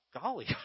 Golly